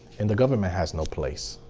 and the government has no place.